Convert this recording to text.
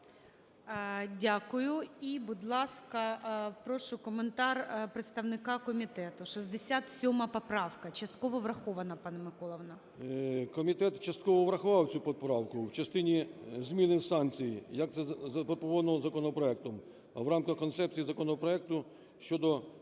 Дякую. І, будь ласка, прошу коментар представника комітету. 67 поправка частково врахована, пане Миколо, вона. 13:18:20 ПАЛАМАРЧУК М.П. Комітет частково врахував цю поправку в частині зміни санкцій, як це запропоновано законопроектом. В рамках концепції законопроекту щодо